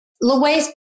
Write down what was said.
Louise